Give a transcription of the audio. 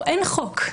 אין חוק.